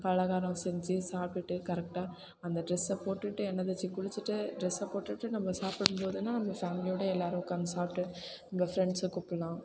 பலகாரம் செஞ்சு சாப்பிட்டுட்டு கரெக்டாக அந்த ட்ரெஸ்ஸை போட்டுட்டு எண்ணெய் தேய்த்து குளிச்சுட்டு ட்ரெஸ்ஸை போட்டுட்டு நம்ம சாப்பிடும் போதெல்லாம் நம்ம ஃபேமிலியோடு எல்லோரும் உட்காந்து சாப்ட்டு நம்ம ஃப்ரெண்ட்ஸை கூப்பிட்லாம்